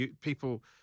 people